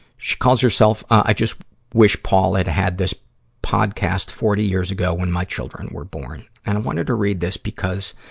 she calls herself, ah, i just wish paul had had this podcast forty years ago when my children were born. and i wanted to read this because,